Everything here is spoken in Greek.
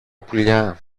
πουλιά